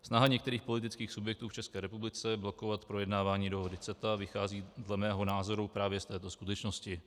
Snaha některých politických subjektů v České republice blokovat projednávání dohody CETA vychází dle mého názoru právě z této skutečnosti.